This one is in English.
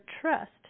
trust